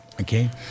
Okay